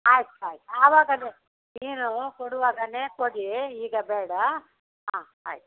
ಆಯ್ತು ಆಯ್ತು ಆವಾಗಲೆ ಮೀನು ಕೊಡುವಾಗಲೇ ಕೊಡಿ ಈಗ ಬೇಡ ಹಾಂ ಆಯ್ತು